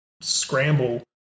scramble